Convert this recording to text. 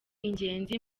ingenzi